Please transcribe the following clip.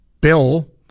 Bill